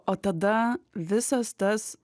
o tada visas tas